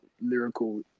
lyrical